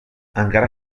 encara